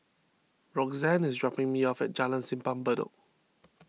Roxann is dropping me off at Jalan Simpang Bedok